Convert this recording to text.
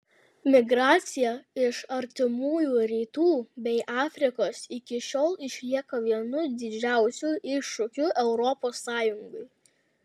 migracija iš artimųjų rytų bei afrikos iki šiol išlieka vienu didžiausių iššūkių europos sąjungai